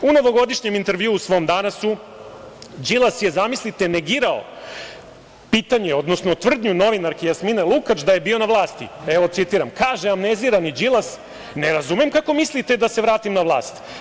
U novogodišnjem intervjuu svom „Danasu“ Đilas je, zamislite, negirao pitanje, odnosno tvrdnju novinarke Jasmine Lukač da je bio na vlasti, evo citiram, kaže amnezirani Đilas - ne razumem kako mislite da se vratim na vlast.